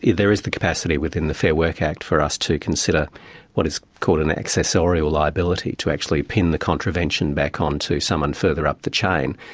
there is the capacity within the fair work act for us to consider what is called an accessorial liability, to actually pin the contravention back onto someone further up the chain.